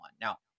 now